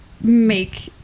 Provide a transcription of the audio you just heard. make